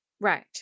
right